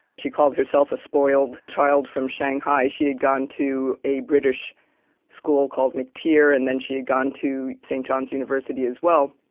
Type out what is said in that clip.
she called herself a spoiled child from shanghai. she had gone to a british school called matiere, and then she had gone to st. john's university as well.